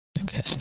Okay